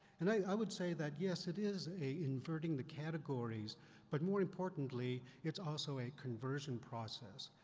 and i would say that yes, it is a inverting the categories but more importantly it's also a conversion process.